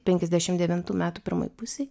penkiasdešim devintų metų pirmoj pusėj